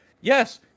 yes